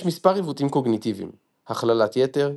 יש מספר עיוותים קוגניטיביים – הכללת יתר,